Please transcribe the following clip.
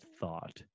thought